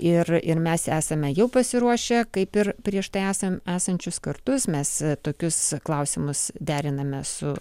ir ir mes esame jau pasiruošę kaip ir prieš tai esam esančius kartus mes tokius klausimus deriname su